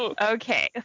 Okay